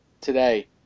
today